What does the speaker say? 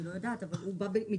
אני לא יודעת, אבל הוא בא מטעמם.